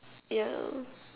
yeah